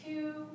Two